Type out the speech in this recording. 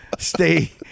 stay